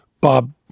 Bob